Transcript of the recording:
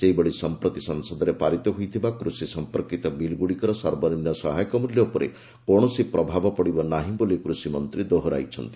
ସେହିଭଳି ସମ୍ପ୍ରତି ସଂସଦରେ ପାରିତ ହୋଇଥିବା କୃଷି ସମ୍ପର୍କୀତ ବିଲ୍ ଗୁଡ଼ିକର ସର୍ବନିମ୍ନ ସହାୟକ ମୂଲ୍ୟ ଉପରେ କୌଣସି ପ୍ରଭାବ ପଡ଼ିବ ନାହିଁ ବୋଲି କୃଷିମନ୍ତ୍ରୀ ଦୋହରାଇଛନ୍ତି